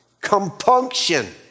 Compunction